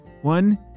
One